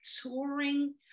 touring